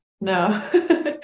no